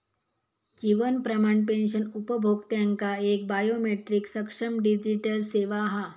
जीवन प्रमाण पेंशन उपभोक्त्यांका एक बायोमेट्रीक सक्षम डिजीटल सेवा हा